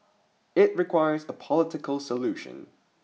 it requires a political solution